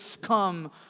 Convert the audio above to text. come